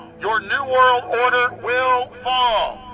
your new world order will ah